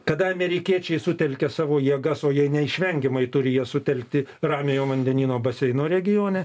kada amerikiečiai sutelkia savo jėgas o jie neišvengiamai turi jas sutelkti ramiojo vandenyno baseino regione